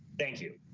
thank you.